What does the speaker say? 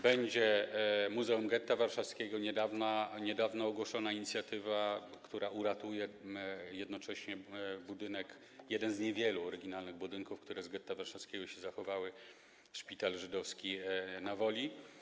Będzie Muzeum Getta Warszawskiego, niedawno ogłoszona inicjatywa, która uratuje jednocześnie budynek, jeden z niewielu oryginalnych budynków, które z getta warszawskiego się zachowały - szpital żydowski na Woli.